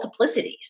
multiplicities